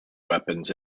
weapons